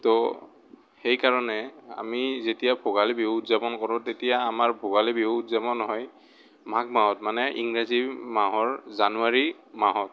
ত' সেইকাৰণে আমি যেতিয়া ভোগালী বিহু উদযাপন কৰোঁ তেতিয়া আমাৰ ভোগালী বিহু উদযাপন হয় মাঘ মাহত মানে ইংৰাজী মাহৰ জানুৱাৰী মাহত